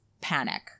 panic